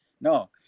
No